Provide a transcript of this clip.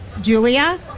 Julia